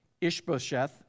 Ishbosheth